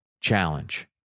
challenge